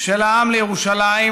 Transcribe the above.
של העם לירושלים,